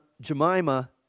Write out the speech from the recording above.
Jemima